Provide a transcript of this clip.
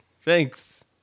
Thanks